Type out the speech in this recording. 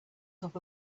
top